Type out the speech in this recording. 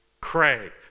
Craig